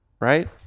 right